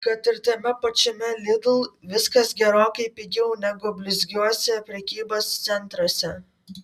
kad ir tame pačiame lidl viskas gerokai pigiau negu blizgiuose prekybos centruose